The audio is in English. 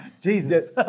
Jesus